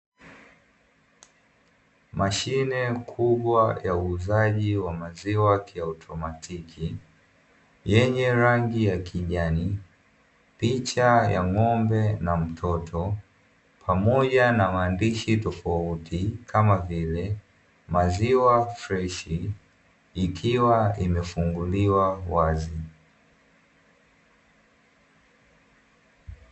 Mashine kubwa ya uuzaji wa maziwa ya kiautomatiki yenye rangi ya kijani, picha ya ng'ombe na mtoto, pamoja na maandishi tofauti kama vile "Maziwa freshi"; ikiwa imefunguliwa wazi.